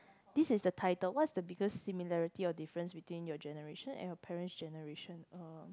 this is the title what is the biggest similarity or difference between your generation and your parents generation uh